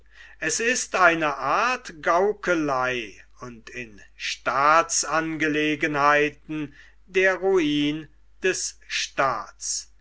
es ist eine art gaukelei und in staatsangelegenheiten der ruin des staats